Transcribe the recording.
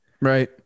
Right